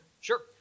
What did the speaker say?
sure